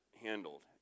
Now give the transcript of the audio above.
handled